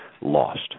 lost